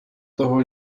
toho